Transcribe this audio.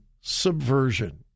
subversion